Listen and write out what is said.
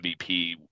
MVP